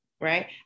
Right